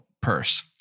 purse